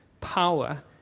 power